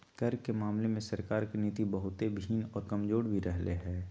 कर के मामले में सरकार के नीति बहुत ही भिन्न और कमजोर भी रहले है